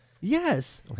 yes